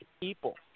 people